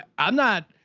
i'm not,